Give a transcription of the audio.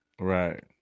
right